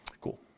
Cool